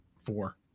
four